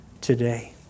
today